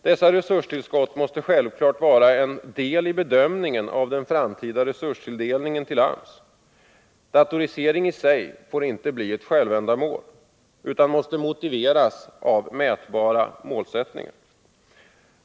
Dessa resurstillskott måste självfallet vara en del i bedömningen av den framtida resurstilldelningen till AMS. Datorisering i sig får inte bli ett självändamål utan måste motiveras av mätbara målsättningar.